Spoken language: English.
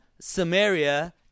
Samaria